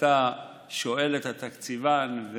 כשאתה שואל את התקציבן,